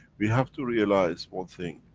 we have to realise one thing.